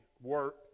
work